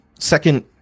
Second